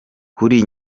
kuri